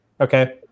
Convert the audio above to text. Okay